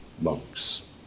monks